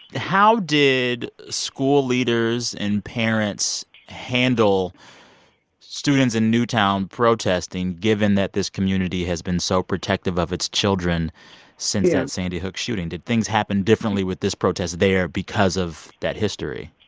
how did school leaders and parents handle students in newtown protesting given that this community has been so protective of its children since that sandy hook shooting? did things happen differently with this protest there because of that history?